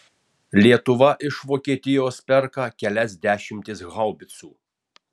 lietuva iš vokietijos perka kelias dešimtis haubicų